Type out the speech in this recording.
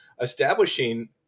establishing